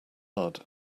mud